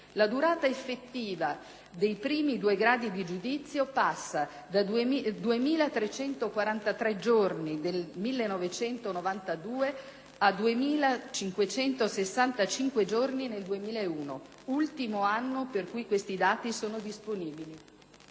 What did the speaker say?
La durata effettiva dei primi due gradi di giudizio passa da 2343 giorni nel 1992 a 2565 giorni nel 2001, ultimo anno per cui questi dati sono disponibili.